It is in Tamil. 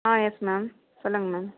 ஆ எஸ் மேம் சொல்லுங்கள் மேம்